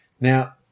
Now